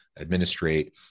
administrate